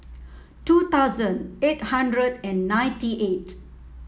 two thousand eight hundred and ninety eight